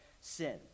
sin